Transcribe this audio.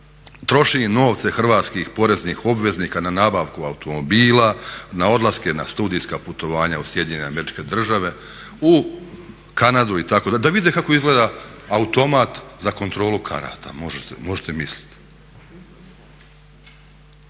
troši novce hrvatskih poreznih obveznika na nabavku automobila, na odlaske na studijska putovanja u SAD, u Kanadu itd., da vide kako izgleda automat za kontrolu karata, možete misliti.